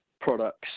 products